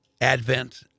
advent